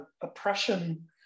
oppression